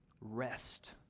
rest